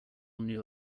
knew